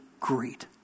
great